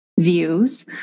Views